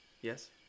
yes